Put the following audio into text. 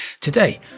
Today